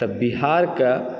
तऽ बिहारके